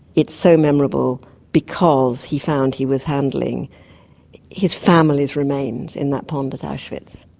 it's so memorable because he found he was handling his family's remains in that pond at auschwitz.